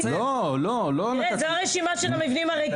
-- לא לא תן לי לסיים משפט